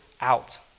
out